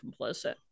complicit